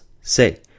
Say